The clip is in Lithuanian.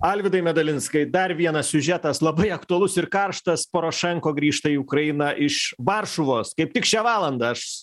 alvydai medalinskai dar vienas siužetas labai aktualus ir karštas porošenko grįžta į ukrainą iš varšuvos kaip tik šią valandą aš